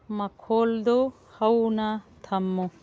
ꯃꯈꯣꯜꯗꯨ ꯍꯧꯅ ꯊꯝꯃꯨ